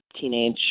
teenage